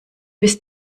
bis